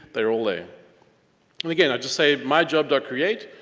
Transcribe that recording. they're all there. and again, i just say, myjob dot create,